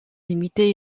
limitée